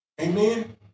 Amen